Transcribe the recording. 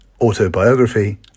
autobiography